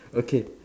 okay